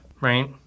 right